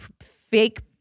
fake